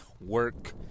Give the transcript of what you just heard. work